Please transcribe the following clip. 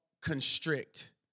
constrict